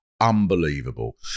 unbelievable